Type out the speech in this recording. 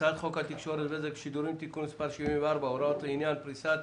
הצעת חוק התקשורת (בזק ושידורים) (תיקון מס' 74) (הוראות לעניין פריסת